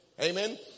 amen